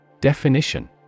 Definition